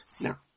Now